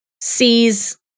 sees